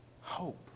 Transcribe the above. Hope